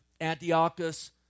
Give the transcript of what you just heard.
Antiochus